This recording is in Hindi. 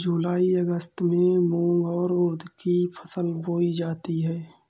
जूलाई अगस्त में मूंग और उर्द की फसल बोई जाती है